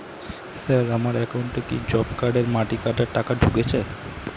Sir আমার একাউন্টে কি জব কার্ডের মাটি কাটার টাকা ঢুকেছে?